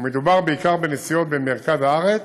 ומדובר בעיקר בנסיעות במרכז הארץ,